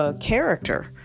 character